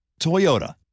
Toyota